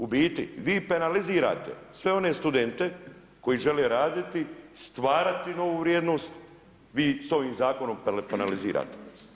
U biti vi penalizirate sve one studente, koji žele raditi, stvarati novu vrijednost, vi s ovim zakonom penalizirate.